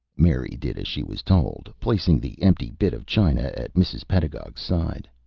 mary did as she was told, placing the empty bit of china at mrs. pedagog's side.